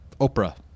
Oprah